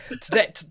today